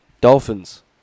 Dolphins